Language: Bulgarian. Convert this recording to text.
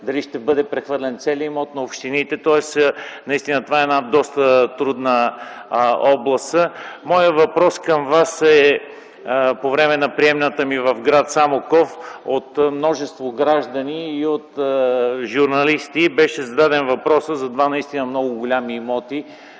дали ще бъде прехвърлен целият имот на общините. Тоест това е една доста трудна област. По време на приемната ми в гр. Самоков от множество граждани и от журналисти беше зададен въпросът за два наистина много големи имота